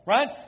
Right